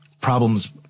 problems